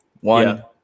One